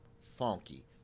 Funky